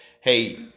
hey